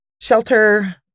shelter